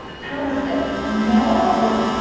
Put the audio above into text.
thomas said, no.